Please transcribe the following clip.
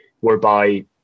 whereby